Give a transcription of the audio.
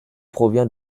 provient